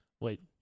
Wait